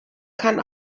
kann